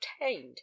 obtained